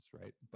right